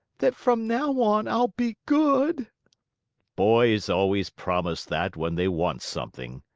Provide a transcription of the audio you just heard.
that from now on i'll be good boys always promise that when they want something,